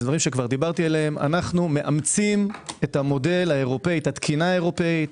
דברים שכבר דיברתי עליהם אנו מאמצים את התקינה האירופאית,